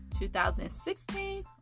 2016